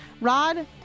Rod